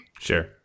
Sure